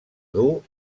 dur